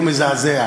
וזה עדיין לא מזעזע.